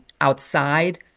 outside